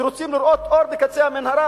ורוצים לראות אור בקצה המנהרה,